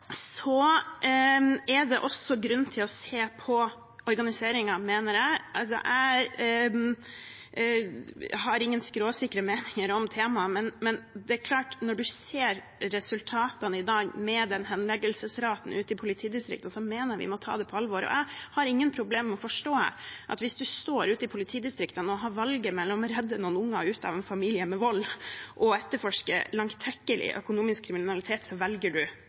Det er også grunn til å se på organiseringen, mener jeg. Jeg har ingen skråsikre meninger om temaet, men det er klart at når man ser resultatene i dag, henleggelsesraten ute i politidistriktene, mener jeg vi må ta det på alvor. Jeg har ingen problemer med å forstå at hvis man ute i politidistriktene har valget mellom å redde noen unger ut av en voldelig familie eller å etterforske langtekkelig økonomisk kriminalitet, så velger